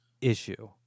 issue